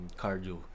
cardio